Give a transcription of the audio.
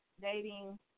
dating